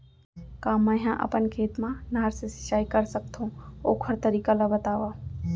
का मै ह अपन खेत मा नहर से सिंचाई कर सकथो, ओखर तरीका ला बतावव?